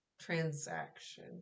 transaction